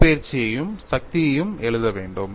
இடப்பெயர்ச்சியையும் சக்தியையும் எழுத வேண்டும்